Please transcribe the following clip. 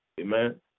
amen